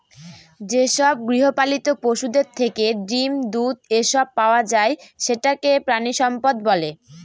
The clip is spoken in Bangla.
যেসব গৃহপালিত পশুদের থেকে ডিম, দুধ, এসব পাওয়া যায় সেটাকে প্রানীসম্পদ বলে